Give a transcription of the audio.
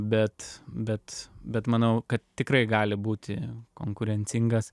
bet bet bet manau kad tikrai gali būti konkurencingas